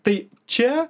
tai čia